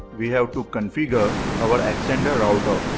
we have to configure our extender router.